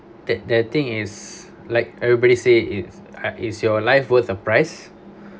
that the thing is like everybody say it's I is your life worth the price